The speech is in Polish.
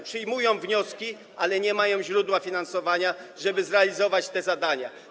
Przyjmują wnioski, ale nie mają źródła finansowania, żeby zrealizować te zadania.